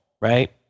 right